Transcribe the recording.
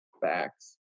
Facts